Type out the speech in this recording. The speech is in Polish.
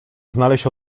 znaleźć